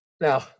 Now